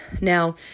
Now